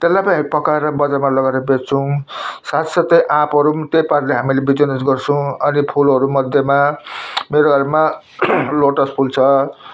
त्यसलाई पनि पकाएर बजारमा लगेर बेच्छौँ साथ साथै आँपहरू त्यही प्रकारले हामीले बिजिनेस गर्छौँ अनि फुलहरू मध्येमा मेरो घरमा लोटस फुल छ